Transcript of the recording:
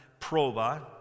proba